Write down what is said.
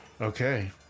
Okay